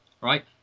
right